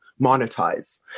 monetize